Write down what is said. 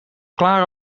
klaar